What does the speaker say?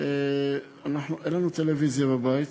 אין לנו טלוויזיה בבית,